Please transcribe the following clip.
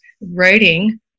writing